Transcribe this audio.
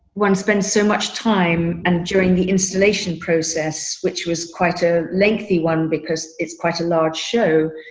one spent so much time and during the installation process, which was quite a lengthy one, because it's quite a large show.